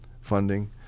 funding